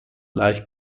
leicht